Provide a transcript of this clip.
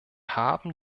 haben